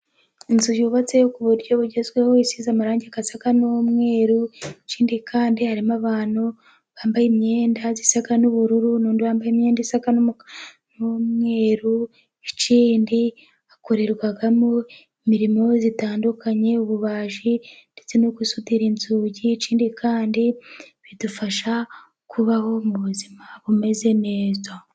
Inzu yubatse ku buryo bugezweho isize amarangi asa n'umweru, ikindi kandi harimo abantu bambaye imyenda isa n'ubururu yambaye imyenda isa n'umukara, n'umweru ikindi hakorerwamo imirimo itandukanye ububaji ndetse no gusudira inzugi, ikindi kandi bidufasha kubaho mu buzima bumeze neza.